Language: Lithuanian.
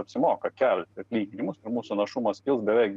apsimoka kelti atlyginimus ir mūsų našumas kils beveik